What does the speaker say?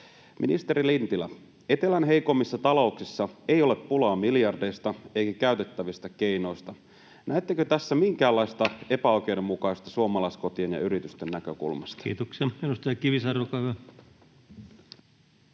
Ministeri Lintilä: Etelän heikoimmissa talouksissa ei ole pulaa miljardeista eikä käytettävistä keinoista. Näettekö tässä minkäänlaista epäoikeudenmukaisuutta suomalaiskotien ja yritysten näkökulmasta? [Speech 77] Speaker: